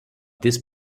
this